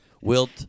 Wilt